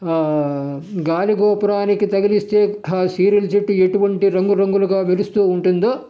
గాలిగోపురానికి తగిలిస్తే ఆ serial set ఎటువంటి రంగురంగులుగా మెరుస్తూ ఉంటుందో